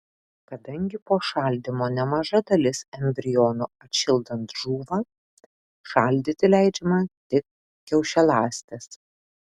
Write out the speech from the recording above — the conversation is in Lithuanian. kadangi po šaldymo nemaža dalis embrionų atšildant žūva šaldyti leidžiama tik kiaušialąstes